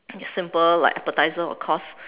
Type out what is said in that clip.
simple like appetizer or course